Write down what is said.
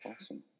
Awesome